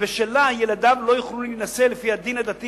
שבשלה ילדיו לא יוכלו להינשא לפי הדין הדתי